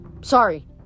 Sorry